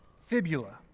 Fibula